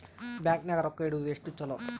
Bank ನಾಗ ರೊಕ್ಕ ಇಡುವುದು ಎಷ್ಟು ಚಲೋ?